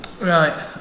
right